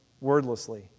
wordlessly